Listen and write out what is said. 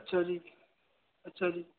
ਅੱਛਾ ਜੀ ਅੱਛਾ ਜੀ